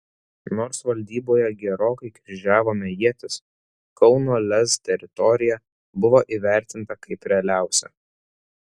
nors valdyboje gerokai kryžiavome ietis kauno lez teritorija buvo įvertinta kaip realiausia